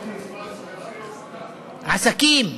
עסקים,